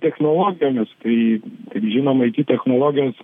technologijomis tai kaip žinoma it technologijos